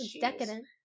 decadent